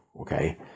okay